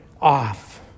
off